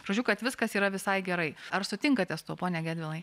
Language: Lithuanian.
žodžiu kad viskas yra visai gerai ar sutinkate su tuo pone gentvilai